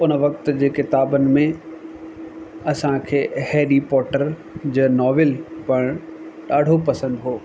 उन वक़्त जे किताबनि में असांखे हैरी पॉटर जा नॉवल पढ़णु ॾाढो पसंदि हुओ